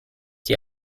die